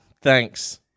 Thanks